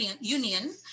Union